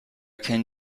can